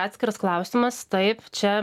atskiras klausimas taip čia